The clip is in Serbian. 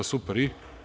Super i?